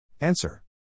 Answer